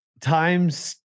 times